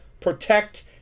protect